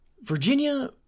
Virginia